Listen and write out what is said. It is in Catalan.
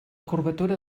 curvatura